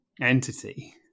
entity